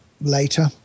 later